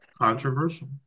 Controversial